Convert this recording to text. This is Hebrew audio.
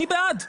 אני בעד,